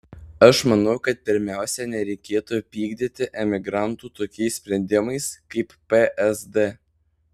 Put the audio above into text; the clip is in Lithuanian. aš manau kad pirmiausia nereikėtų pykdyti emigrantų tokiais sprendimais kaip psd